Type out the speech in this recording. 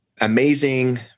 amazing